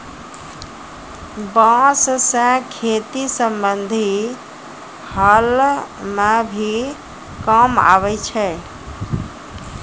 बांस सें खेती संबंधी हल म भी काम आवै छै